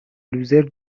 لوزر